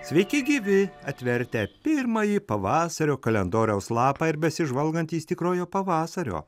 sveiki gyvi atvertę pirmąjį pavasario kalendoriaus lapą ir besižvalgantys tikrojo pavasario